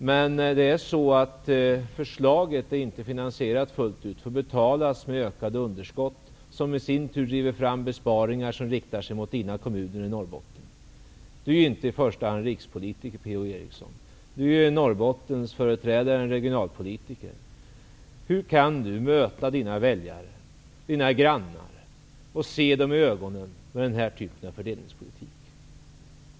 Men förslaget är inte finansierat fullt ut och får betalas med ökade underskott, som i sin tur driver fram besparingar som riktar sig mot de kommuner i Norrbotten som Per-Ola Eriksson är inte i första hand rikspolitiker. Han är Norrbottens företrädare, en regionalpolitiker. Hur kan Per-Ola Eriksson möta sina väljare, sina grannar, och se dem i ögonen med denna typ av fördelningspolitik?